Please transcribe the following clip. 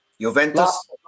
Juventus